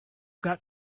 got